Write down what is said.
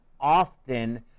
often